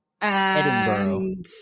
Edinburgh